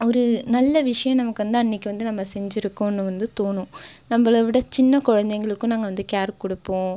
ஒரு நல்ல விஷயம் நமக்கு வந்து அன்றைக்கு வந்து நம்ம செஞ்சுருக்கோம்னு வந்து தோணும் நம்மளை விட சின்ன குழந்தைங்களுக்கும் நாங்கள் வந்து கேர் கொடுப்போம்